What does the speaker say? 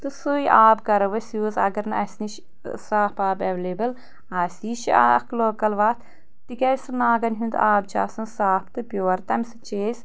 تہٕ سُے آب کرو أسۍ یوٗز اگر نہٕ اسہِ نِش صاف آب ایویلیبل آسہِ یہِ چھُ اکھ لوکل وتھ تِکیٛازِ ناگن ہُنٛد آب چھُ آسان صاف تہٕ پِیوٗر تمہِ سۭتۍ چھِ أسۍ